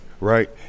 right